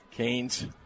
Canes